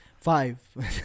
five